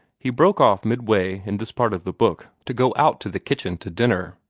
he broke off midway in this part of the book to go out to the kitchen to dinner,